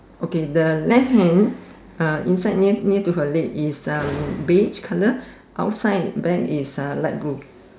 okay the left hand uh inside near near to her leg is um beige colour outside bag is uh light blue